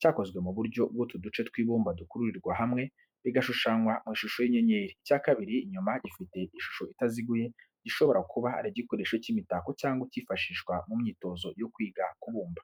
cyakozwe mu buryo bw'utu duce tw’ibumba dukururirwa hamwe bigashushanywa mu ishusho y’inyenyeri. Icya kabiri inyuma gifite ishusho itaziguye, gishobora kuba ari igikoresho cy’imitako cyangwa icyifashishwa mu myitozo yo kwiga kubumba.